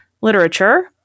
Literature